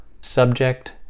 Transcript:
subject